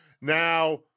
now